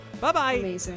Bye-bye